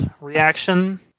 reaction